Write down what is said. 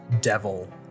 devil